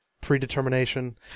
predetermination